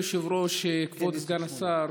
כבוד היושב-ראש, כבוד סגן השר,